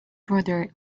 brother